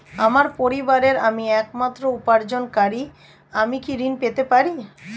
আমার পরিবারের আমি একমাত্র উপার্জনকারী আমি কি ঋণ পেতে পারি?